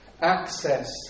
access